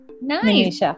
Nice